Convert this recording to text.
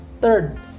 Third